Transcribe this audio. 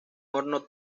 horno